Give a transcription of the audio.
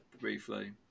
briefly